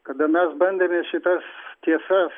kada mes bandėme šitas tiesas